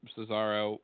Cesaro